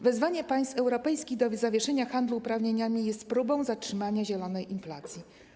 Wezwanie państw europejskich do zawieszenia handlu uprawnieniami jest próbą zatrzymania zielonej inflacji.